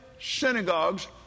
synagogues